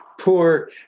poor